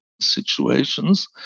situations